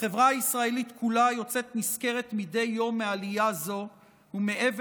החברה הישראלית כולה יוצאת נשכרת מדי יום מעלייה זו ומאבן